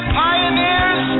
pioneers